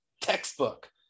textbook